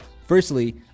Firstly